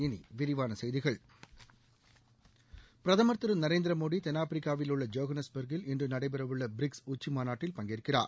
இனி விரிவான செய்திகள் பிரதமர் திரு நரேந்திர மோடி தென்னாப்பிரிக்காவிலுள்ள ஜோகன்னஸ்பர்க்கில் இன்று நடைபெறவுள்ள பிரிக்ஸ் உச்சி மாநாட்டில் பங்கேற்கிறார்